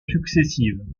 successives